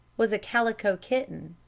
was a calico kitten.